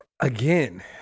Again